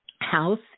house